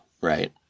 right